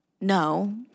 No